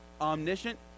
omniscient